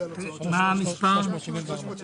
פרויקט מחשב לכל ילד,